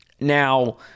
Now